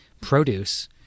produce